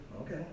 Okay